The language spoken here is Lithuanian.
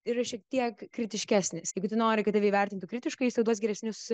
yra šiek tiek kritiškesnis jeigu tu nori kad tave įvertintų kritiškai jisai duos geresnius